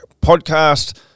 podcast